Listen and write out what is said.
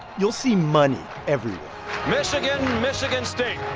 you'll see money everywhere michigan-michigan state,